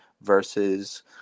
versus